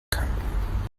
kann